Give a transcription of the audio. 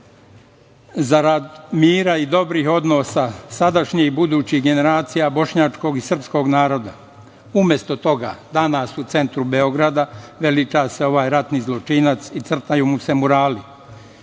zarad mira i dobrih odnosa sadašnjih i budućih generacija bošnjačkog i srpskog naroda. Umesto toga danas u centru Beograda veliča se ovaj ratni zločinac i crtaju mu se murali,